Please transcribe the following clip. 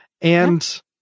And-